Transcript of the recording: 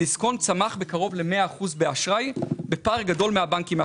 דיסקונט צמח בקרוב ל-100 אחוזים באשראי בפער גדול מהבנקים האחרים.